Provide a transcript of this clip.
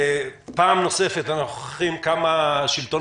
פעם נוספת אנחנו נוכחים עד כמה השלטון